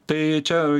tai čia